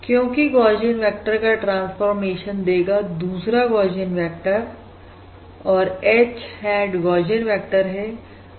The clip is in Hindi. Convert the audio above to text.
क्योंकि गौशियन वेक्टर का ट्रांसफॉर्मेशन देगा दूसरा Gaussian vector H hat Gaussian vector है